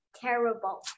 Terrible